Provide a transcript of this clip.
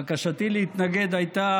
בקשתי להתנגד הייתה